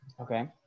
Okay